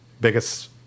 biggest